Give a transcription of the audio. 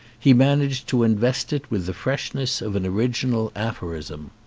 he managed to invest it with the freshness of an original aphorism.